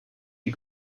die